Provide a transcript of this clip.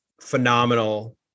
phenomenal